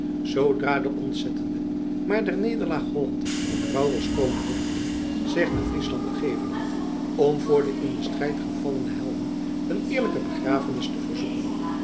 zoodra de ontzettende maar der nederlaag holland in rouw was komen dompelen zich naar friesland begeven had om voor de in den strijd gevallene helden een eerlijke begrafenis te verzoeken